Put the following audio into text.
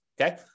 okay